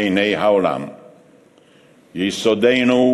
המשבר הכלכלי בעולם וחוסר היציבות הגלובלי.